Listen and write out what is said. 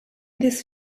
this